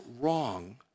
wrong